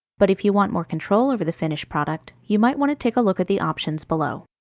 but if you want more control over the finished product, you might want to take a look at the options below.